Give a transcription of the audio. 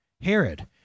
Herod